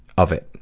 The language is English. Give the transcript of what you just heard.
of it.